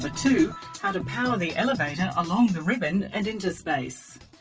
to to kind of power the elevator along the ribbon and into space?